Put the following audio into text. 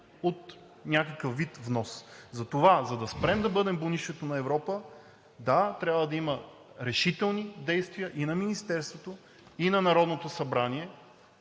от някакъв вид внос. Затова, за да спрем да бъдем бунището на Европа, да, трябва да има решителни действия и на Министерството, и на Народното събрание